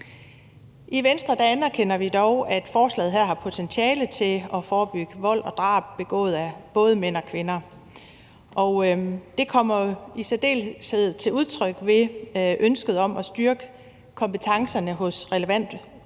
I Venstre anerkender vi dog, at forslaget her har potentiale til at forebygge vold og drab begået af både mænd og kvinder, og det kommer i særdeleshed til udtryk i ønsket om at styrke kompetencerne hos det relevante